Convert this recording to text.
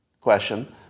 question